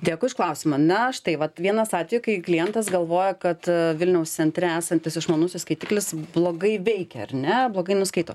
dėkui už klausimą na štai vat vienas atvejų kai klientas galvoja kad vilniaus centre esantis išmanusis skaitiklis blogai veikia ar ne blogai nuskaito